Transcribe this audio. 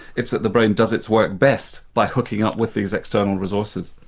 it's that the brain does its work best by hooking up with these external resources.